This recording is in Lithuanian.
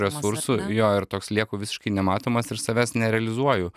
resursų jo ir toks lieku visiškai nematomas ir savęs nerealizuoju